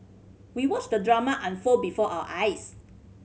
we watched the drama unfold before our eyes